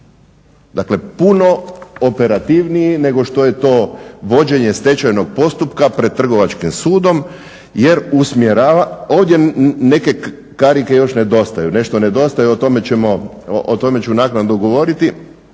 Dakle puno operativniji nego što je to vođenje stečajnog postupka pred trgovačkim sudom jer usmjerava, ovdje neke karike još nedostaju, nešto nedostaje, o tome ću naknadno govoriti,